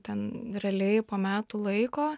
ten realiai po metų laiko